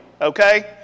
okay